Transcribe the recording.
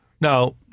now